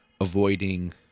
avoiding